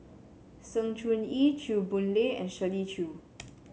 Sng Choon Yee Chew Boon Lay and Shirley Chew